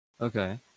Okay